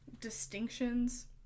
distinctions